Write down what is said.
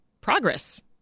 progress